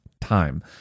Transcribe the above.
time